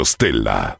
Stella